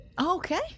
Okay